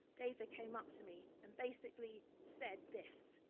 david came up to me and basically said this